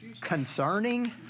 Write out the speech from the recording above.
concerning